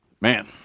Man